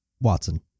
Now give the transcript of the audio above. Watson